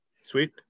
sweet